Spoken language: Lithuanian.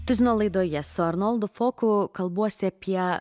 tuzino laidoje su arnoldu foku kalbuosi apie